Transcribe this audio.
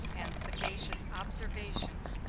and sagacious observations,